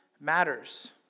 matters